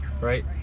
right